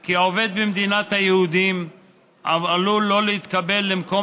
כי עובד במדינת היהודים עלול שלא להתקבל למקום